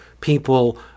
people